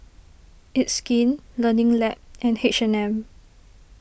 It's Skin Learning Lab and H and M